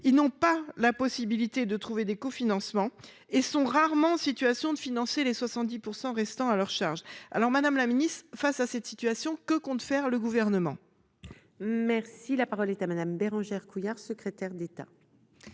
Ils n'ont pas la possibilité de trouver des cofinancements et sont rarement en situation de financer les 70 % restant à leur charge. Madame la secrétaire d'État, face à cette situation, que compte faire le Gouvernement ? La parole est à Mme la secrétaire d'État.